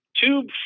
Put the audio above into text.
tube